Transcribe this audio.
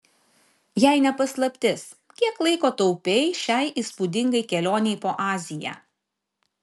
jei ne paslaptis kiek laiko taupei šiai įspūdingai kelionei po aziją